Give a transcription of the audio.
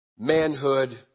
Manhood